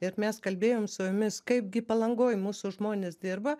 ir mes kalbėjom su jumis kaip gi palangoj mūsų žmonės dirba